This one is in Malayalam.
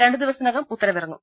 രണ്ടു ദിവസത്തിനകം ഉത്തരവിറങ്ങും